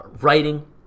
writing